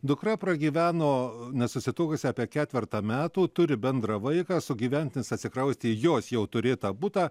dukra pragyveno nesusituokusi apie ketvertą metų turi bendrą vaiką sugyventinis atsikraustė į jos jau turėtą butą